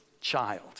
child